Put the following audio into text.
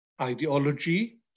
ideology